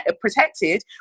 protected